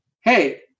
Hey